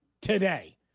today